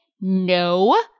No